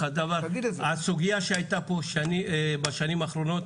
הסוגיה שהייתה פה בשנים האחרונות,